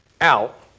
out